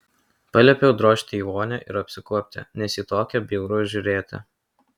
paliepiau drožti į vonią ir apsikuopti nes į tokią bjauru žiūrėti